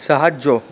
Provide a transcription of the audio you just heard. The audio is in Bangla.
সাহায্য